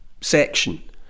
section